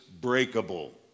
breakable